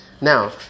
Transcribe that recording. Now